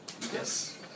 Yes